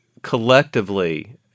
collectively